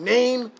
Name